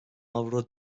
avro